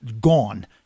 gone